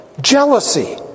jealousy